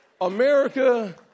America